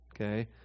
okay